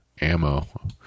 Ammo